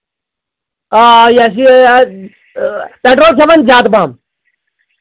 آ یہِ ہَسا یہِ پٮ۪ٹرول کھٮ۪وان زیادٕ پَہم